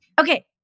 okay